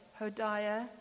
Hodiah